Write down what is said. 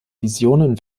visionen